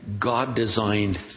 God-designed